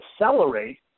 accelerate